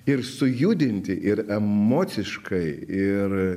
ir sujudinti ir emociškai ir